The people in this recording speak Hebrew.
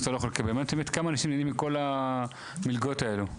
כמה אנשים נהנים מכל המלגות האלו?